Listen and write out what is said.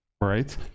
right